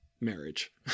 marriage